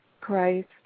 Christ